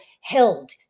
held